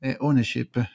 ownership